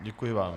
Děkuji vám.